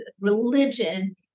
religion